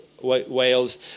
Wales